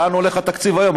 לאן הולך התקציב היום.